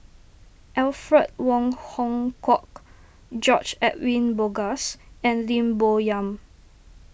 Alfred Wong Hong Kwok George Edwin Bogaars and Lim Bo Yam